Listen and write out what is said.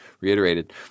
reiterated